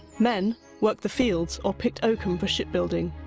men worked the fields or picked oakum for shipbuilding.